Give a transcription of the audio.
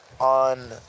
On